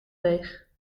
deeg